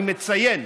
אני מציין,